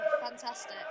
fantastic